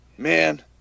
Man